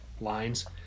lines